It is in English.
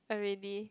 already